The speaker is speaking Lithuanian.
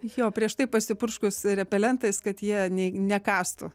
jo prieš tai pasipurškus repelentais kad jie ne į nekąstų